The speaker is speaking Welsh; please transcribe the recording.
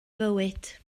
fywyd